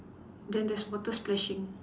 then there's water splashing